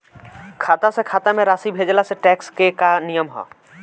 खाता से खाता में राशि भेजला से टेक्स के का नियम ह?